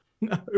no